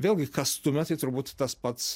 vėlgi kas stumia tai turbūt tas pats